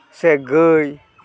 ᱥᱮ ᱜᱟᱹᱭ